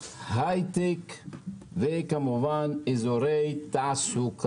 לא ייתכן שכביש 6 לא ימשיך עד שלומי כבר מחר בבוקר,